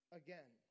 again